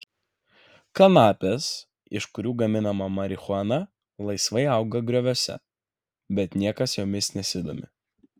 kanapės iš kurių gaminama marihuana laisvai auga grioviuose bet niekas jomis nesidomi